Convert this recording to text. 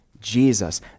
Jesus